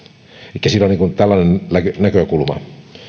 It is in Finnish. elikkä siinä on tällainen näkökulma